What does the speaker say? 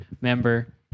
member